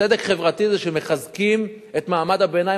צדק חברתי זה שמחזקים את מעמד הביניים